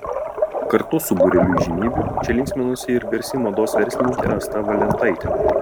kartu su būreliu įžymybių čia linksminosi ir garsi mados verslininkė asta valentaitė